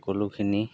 সকলোখিনি